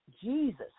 Jesus